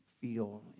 feel